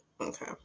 okay